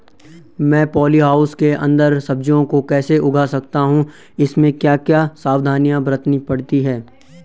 मैं poly house के अन्दर सब्जियों को कैसे उगा सकता हूँ इसमें क्या क्या सावधानियाँ बरतनी पड़ती है?